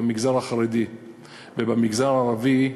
במגזר החרדי ובמגזר הערבי,